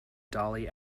dolly